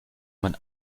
man